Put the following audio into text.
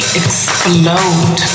explode